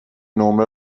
نمره